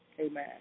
Amen